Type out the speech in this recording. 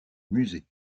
musée